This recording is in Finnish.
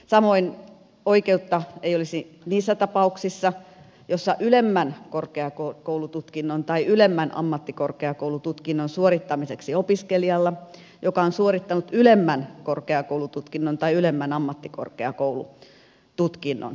samoin tukea ei myönnettäisi ylemmän korkeakoulututkinnon tai ylemmän ammattikorkeakoulututkinnon suorittamiseksi opiskelijalle joka on suorittanut ylemmän korkeakoulututkinnon tai ylemmän ammattikorkeakoulututkinnon kaiken kaikkiaan